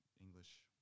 English